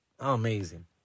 Amazing